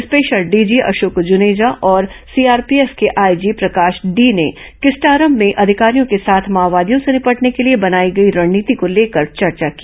special DG Ashok Juneja और CRPF के IG Prakash D ने किस्टारम में अधिकारियों के साथ माओवादियों से निपटने के लिए बनाई गई रणनीति को लेकर चर्चा की